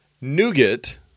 Nougat